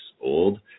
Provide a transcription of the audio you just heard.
old